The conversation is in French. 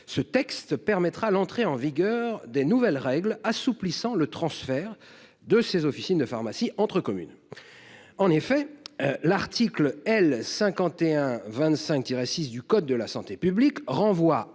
ce texte permettra l’entrée en vigueur des nouvelles règles assouplissant le transfert des officines de pharmacie entre communes. En effet, l’article L. 5125 6 du code de la santé publique renvoie